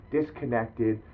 disconnected